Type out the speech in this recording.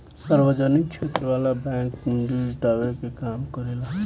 सार्वजनिक क्षेत्र वाला बैंक पूंजी जुटावे के काम करेला